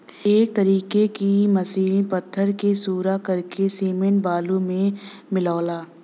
एक तरीके की मसीन पत्थर के सूरा करके सिमेंट बालू मे मिलावला